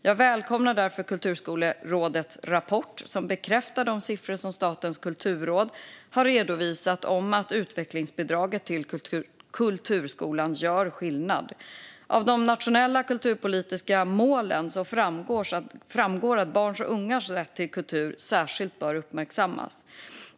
Jag välkomnar därför Kulturskolerådets rapport som bekräftar de siffror som Statens kulturråd har redovisat om att utvecklingsbidraget till kulturskolan gör skillnad. Av de nationella kulturpolitiska målen framgår att barns och ungas rätt till kultur särskilt bör uppmärksammas.